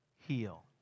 heal